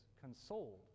consoled